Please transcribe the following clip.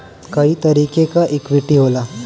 कई तरीके क इक्वीटी होला